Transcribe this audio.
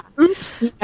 oops